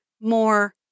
more